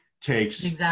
takes